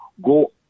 Go